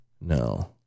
No